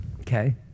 Okay